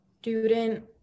student